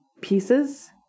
pieces